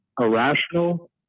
irrational